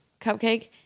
Cupcake